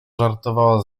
żartowała